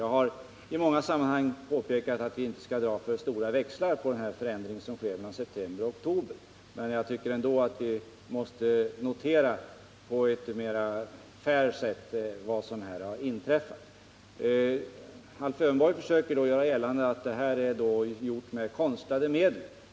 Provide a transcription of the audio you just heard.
Jag har i många sammanhang påpekat att vi inte skall dra för stora växlar på den här förändringen mellan september och oktober, men jag tycker ändå att vi på ett mera fair sätt skall notera vad som här har inträffat. Alf Lövenborg försöker göra gällande att den här förbättringen har åstadkommits med konstlade medel.